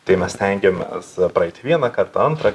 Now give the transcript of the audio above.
tai mes stengiamės praeiti vienąkart antrą